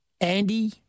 Andy